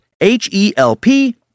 H-E-L-P